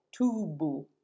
Tubu